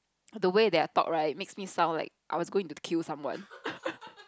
the way that I talk right makes me sound like I was going to kill someone